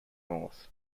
north